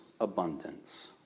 abundance